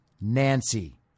Nancy